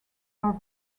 are